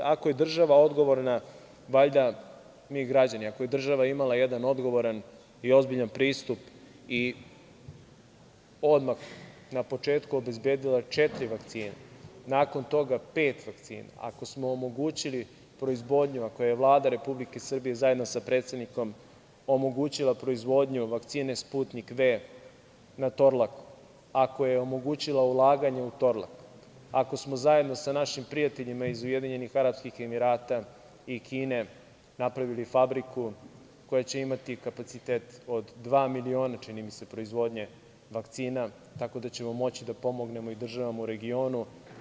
Ako je država odgovorna, valjda mi građani, ako je država imala jedan odgovoran i ozbiljan pristup i odmah na početku obezbedila četiri vakcine, nakon toga pet vakcina, ako smo omogućili proizvodnju, ako je Vlada Republike Srbije zajedno sa predsednikom omogućila proizvodnju vakcine „Sputnik V“ na Torlaku, ako je omogućila ulaganje u Torlak, ako smo zajedno sa našim prijateljima iz UAE i Kine napravili fabriku koja će imati kapacitet od dva miliona, čini mi se, proizvodnje vakcina, tako da ćemo moći da pomognemo i državama u regionu.